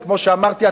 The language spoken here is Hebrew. וכמו שאמרתי,